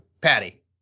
patty